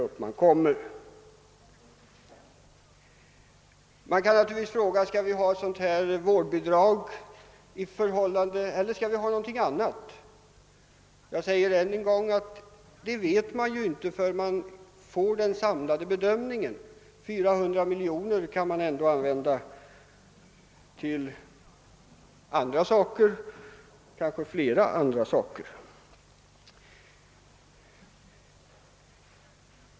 Vi kan inte avgöra om vi skall ha ett sådant här vårdnadsbidrag eller någonting annat förrän vi har fått en samlad bedömning — 400 miljoner kronor kan kanske användas till många andra angelägna reformer.